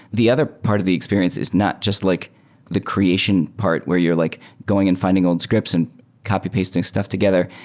the other part of the experience is not just like the creation part where you're like going and finding old scripts and copy-pasting stuff together.